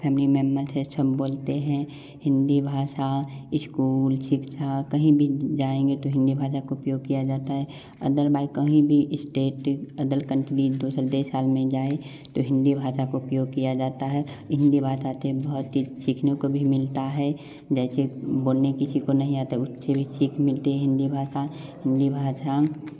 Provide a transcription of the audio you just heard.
family members थे सब बोलते हैं हिंदी भाषा इस्कूल शिक्षक कहीं भी जाएँगे तो हिंदी भाषा का उपयोग किया जाता है अदर बाई कहीं भी स्टेट अदर कंटली दूसरे देश और में जाए तो हिंदी भाषा का उपयोग किया जाता है हिंदी भाषा से बहुत चीज़ सीखने को भी मिलता है जैसे बोलने किसी को नही आता उससे भी सीख मिलती है हिंदी भाषा हिंदी भाषा